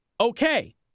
okay